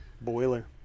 Boiler